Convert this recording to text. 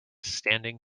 standing